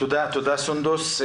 תודה, סונדוס.